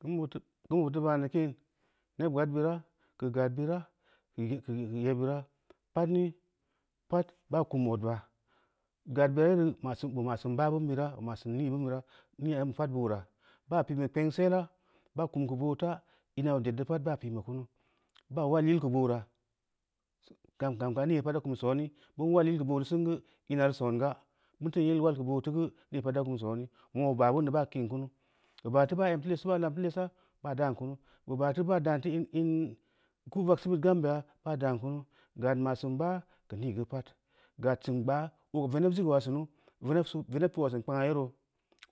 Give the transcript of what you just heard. Kimbu buteu kimbu buteu ban neu kin, neb gbaad bira gbeu gad bira keu yebbira pad ni, pad baa kum ning odba, gad bura yere bu ma’sin baa bin bira, bu ma sin nii bin bira, nii obin beu pad boora, baa pi neun kpengsela baa kunu geu boofa, ina ī ded deu pad baa pi’n neu kumu, baa mail yil keu boora, gam ka’n nii pad deu kum sooni bin ulal yil geu boo sin gu ina reu songa, binfu yil wal keu boofu geu, nii pad ti kum sooni, auengna bu boi bin neu baa ke’n kunu, bu baa teu baa em teu lesu, baa lam teu lesa baa dan kuwu, ba teu baa dau teu in, ko vagseu bid gembeya, baa dan munu gad ma’ sin baa geu nii geu pad, gad sin gbaa oo ko veneb sifu ula sinu, veneb piu ula sin kpangna yero,